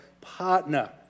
partner